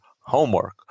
homework